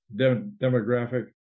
demographic